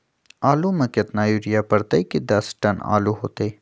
आलु म केतना यूरिया परतई की दस टन आलु होतई?